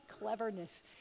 cleverness